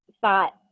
thought